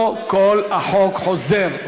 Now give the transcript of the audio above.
לא כל החוק חוזר,